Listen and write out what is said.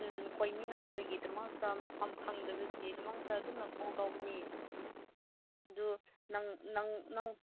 ꯎꯝ ꯑꯩꯈꯣꯏ ꯃꯤ ꯅꯥꯕꯒꯤꯗꯃꯛꯇ ꯃꯐꯝ ꯈꯪꯗꯕꯒꯤꯗꯃꯛꯇ ꯑꯗꯨꯝꯅ ꯀꯣꯜ ꯇꯧꯕꯅꯤ ꯑꯗꯨ ꯅꯪ ꯅꯪ ꯅꯪ